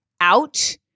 out